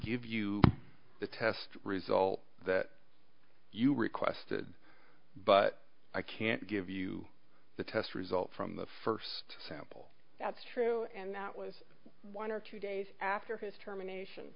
give you the test results that you requested but i can't give you the test results from the first sample that's true and that was one or two days after his termination